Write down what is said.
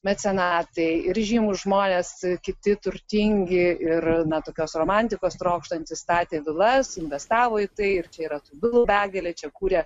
mecenatai ir žymūs žmonės kiti turtingi ir na tokios romantikos trokštantys statė vilas investavo į tai ir čia yra tų vilų begalė čia kūrė